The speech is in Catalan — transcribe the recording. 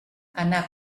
anar